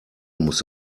muss